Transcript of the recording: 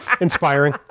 Inspiring